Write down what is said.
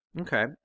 Okay